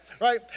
right